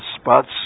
spots